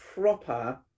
proper